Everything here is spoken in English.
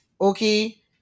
Okay